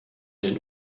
den